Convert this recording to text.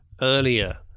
earlier